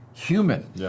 human